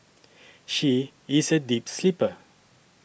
she is a deep sleeper